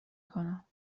کنم